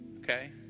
okay